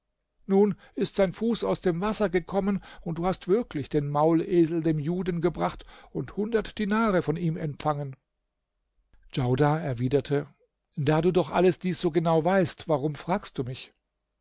nun ist sein fuß aus dem wasser gekommen und du hast wirklich den maulesel dem juden gebracht und hundert dinare von ihm empfangen djaudar erwiderte da du doch alles dies so genau weißt warum fragst du mich